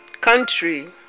country